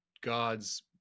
god's